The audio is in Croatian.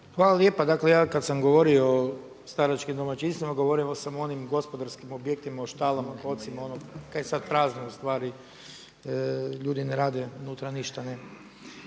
Hvala lijepa. Dakle ja kada sam govorio o staračkim domaćinstvima govorio sam o onim gospodarskim objektima, o štalama, … kaj je sada prazno ustvari, ljudi ne rade unutra ništa nema.